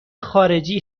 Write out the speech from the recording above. خارجی